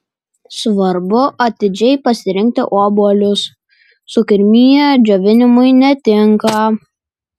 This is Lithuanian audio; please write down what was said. svarbu atidžiai pasirinkti obuolius sukirmiję džiovinimui netinka